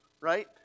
right